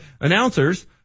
announcers